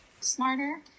smarter